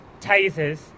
tasers